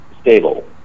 stable